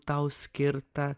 tau skirta